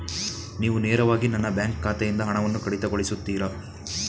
ನೀವು ನೇರವಾಗಿ ನನ್ನ ಬ್ಯಾಂಕ್ ಖಾತೆಯಿಂದ ಹಣವನ್ನು ಕಡಿತಗೊಳಿಸುತ್ತೀರಾ?